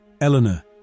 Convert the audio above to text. Eleanor